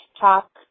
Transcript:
talk